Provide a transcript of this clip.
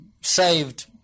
saved